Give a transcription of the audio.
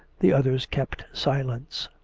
the others kept silence.